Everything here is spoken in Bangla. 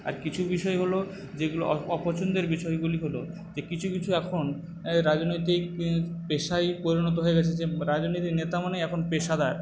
আর কিছু বিষয় হল যেগুলো অপছন্দের বিষয়গুলি হল যে কিছু কিছু এখন রাজনৈতিক পেশায় পরিণত হয়ে গেছে যে রাজনৈতিক নেতা মানেই এখন পেশাদার